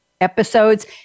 episodes